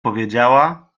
powiedziała